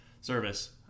service